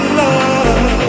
love